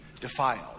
defiled